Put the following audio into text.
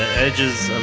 edges of